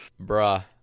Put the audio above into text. Bruh